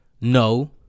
no